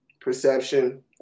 perception